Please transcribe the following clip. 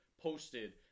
posted